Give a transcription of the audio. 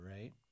right